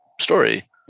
story